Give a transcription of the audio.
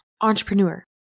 entrepreneur